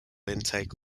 intake